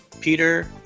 peter